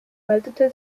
meldete